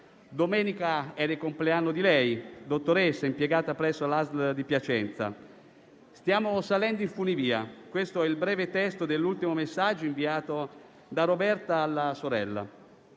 Domenica era il compleanno di lei, dottoressa impiegata presso l'ASL di Piacenza. Stiamo salendo in funivia: questo è il breve testo dell'ultimo messaggio inviato da Roberta alla sorella.